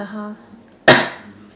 house